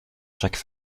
chaque